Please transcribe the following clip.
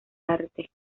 arte